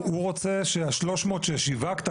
הוא רוצה שה-300 ששיווקת,